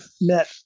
met